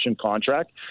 contract